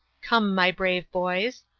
come, my brave boys,